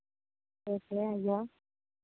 अइअह